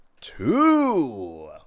two